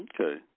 Okay